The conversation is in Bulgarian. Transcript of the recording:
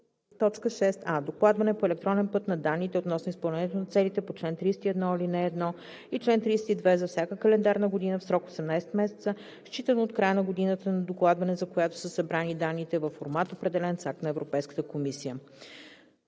– 6д: „6а. докладване по електронен път на данните относно изпълнението на целите по чл. 31, ал. 1 и чл. 32 за всяка календарна година в срок 18 месеца считано от края на годината на докладване, за която са събрани данните, във формат, определен с акт на Европейската комисия;